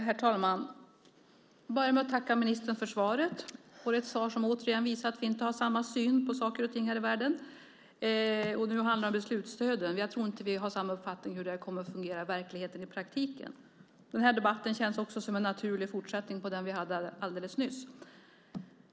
Herr talman! Jag börjar med att tacka ministern för svaret. Det är ett svar som återigen visar att vi inte har samma syn på saker och ting här i världen. Nu handlar det om beslutsstöden. Jag tror inte att vi har samma uppfattning om hur detta kommer att fungera i verkligheten, i praktiken. Denna debatt känns också som en naturlig fortsättning på den vi hade alldeles nyss.